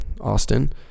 Austin